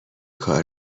کار